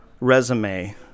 resume